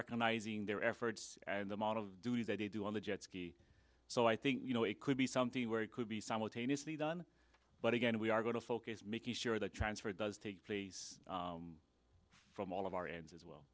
recognizing their efforts and the amount of duties that they do on the jet ski so i think you know it could be something where it could be simultaneously done but again we are going to focus making sure the transfer does take place from all of our ends as well